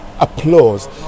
Applause